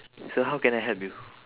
so how can I help you